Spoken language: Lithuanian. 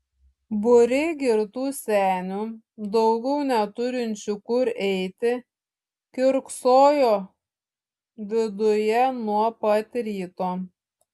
būriai girtų senių daugiau neturinčių kur eiti kiurksojo viduje nuo pat ryto